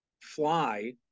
fly